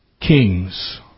kings